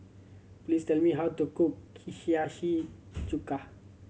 please tell me how to cook Hiyashi Chuka